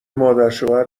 مادرشوهر